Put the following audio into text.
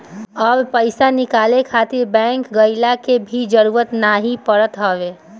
अब पईसा निकाले खातिर बैंक गइला के भी जरुरत नाइ पड़त हवे